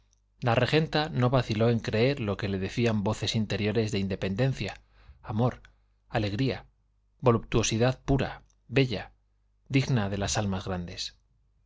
la regenta no vaciló en creer lo que le decían voces interiores de independencia amor alegría voluptuosidad pura bella digna de las almas grandes